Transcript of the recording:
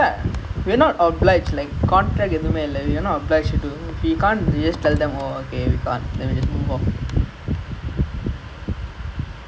ya